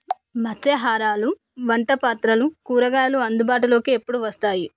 మత్స్యాహారాలు వంటపాత్రలు కూరగాయలు అందుబాటులోకి ఎప్పుడు వస్తాయి